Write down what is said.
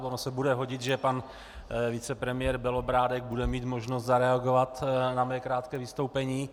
Ono se bude hodit, že pan vicepremiér Bělobrádek bude mít možnost zareagovat na mé krátké vystoupení.